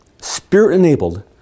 spirit-enabled